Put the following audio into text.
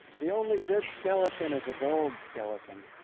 the only good skeleton is a gold skeleton.